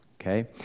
okay